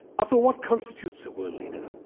after all, what constitutes a world leader?